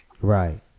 Right